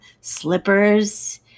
slippers